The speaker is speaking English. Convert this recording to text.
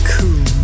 Cool